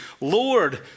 Lord